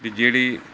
ਅਤੇ ਜਿਹੜੀ